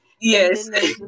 Yes